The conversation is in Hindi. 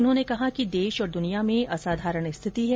उन्होंने कहा कि देश और द्निया में असाधारण स्थिति है